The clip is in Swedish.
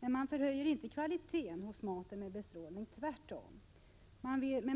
Man förhöjer emellertid inte kvaliteten med bestrålning — tvärtom.